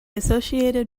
associated